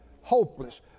hopeless